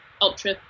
Ultra